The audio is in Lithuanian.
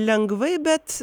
lengvai bet